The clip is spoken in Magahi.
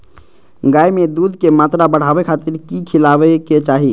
गाय में दूध के मात्रा बढ़ावे खातिर कि खिलावे के चाही?